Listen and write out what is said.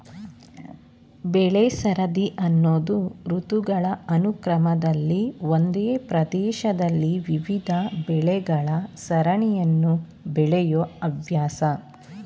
ಬೆಳೆಸರದಿ ಅನ್ನೋದು ಋತುಗಳ ಅನುಕ್ರಮದಲ್ಲಿ ಒಂದೇ ಪ್ರದೇಶದಲ್ಲಿ ವಿವಿಧ ಬೆಳೆಗಳ ಸರಣಿಯನ್ನು ಬೆಳೆಯೋ ಅಭ್ಯಾಸ